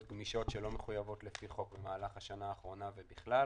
גמישות שלא מחויבות לפי חוק במהלך השנה האחרונה ובכלל,